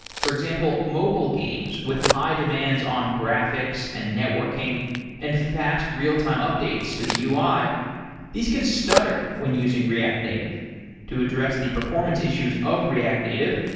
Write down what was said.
for example, mobile games with high demands on graphics and networking and fast real-time updates to the ui, these can stutter when using react native to address the performance issues of react native,